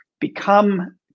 become